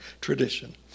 tradition